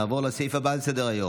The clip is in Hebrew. נעבור לסעיף הבא על סדר-היום,